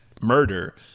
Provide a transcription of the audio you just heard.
murder